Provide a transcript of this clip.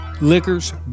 liquors